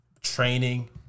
training